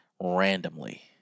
randomly